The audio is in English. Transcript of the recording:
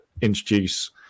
introduce